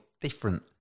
different